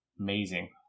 amazing